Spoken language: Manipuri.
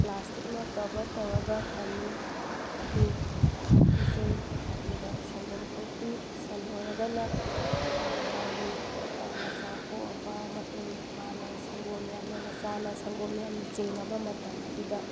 ꯄ꯭ꯂꯥꯁꯇꯤꯛꯅ ꯀꯕꯔ ꯇꯧꯔꯒ ꯊꯝꯃꯤ ꯑꯗꯨ ꯄꯤꯖꯩ ꯑꯗꯨꯒ ꯁꯪꯒꯣꯝ ꯊꯣꯛꯄꯤ ꯁꯟ ꯑꯣꯏꯔꯒꯅ ꯃꯥꯒꯤ ꯃꯆꯥ ꯄꯣꯛꯑꯕ ꯃꯇꯨꯡ ꯃꯥꯅ ꯁꯪꯒꯣꯝ ꯌꯥꯝꯅ ꯃꯆꯥꯅ ꯁꯪꯒꯣꯝ ꯌꯥꯝꯅ ꯆꯤꯡꯉꯕ ꯃꯇꯝ ꯑꯗꯨꯗ